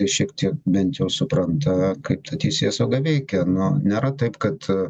šiek tiek bent jau supranta kaip ta teisėsauga veikia nuo nėra taip kad